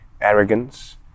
arrogance